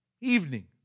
evening